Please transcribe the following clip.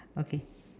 okay